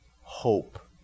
Hope